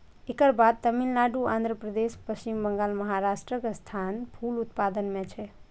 एकर बाद तमिलनाडु, आंध्रप्रदेश, पश्चिम बंगाल, महाराष्ट्रक स्थान फूल उत्पादन मे छै